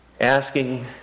asking